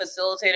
facilitator